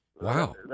wow